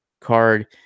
card